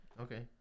Okay